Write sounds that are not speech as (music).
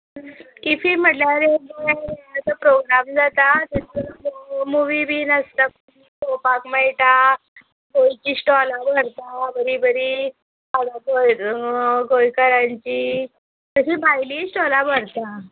IFFI म्हटल्यार तें programme जाता तेतून मुवी बीन आसता पोवपाक मेळटा थंय तीं स्टॉलां भरतां बरीं बरीं (unintelligible) गोंयकारांचीं तशीं भायलींय स्टॉलां भरतां